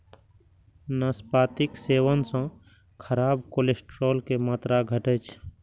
नाशपातीक सेवन सं खराब कोलेस्ट्रॉल के मात्रा घटै छै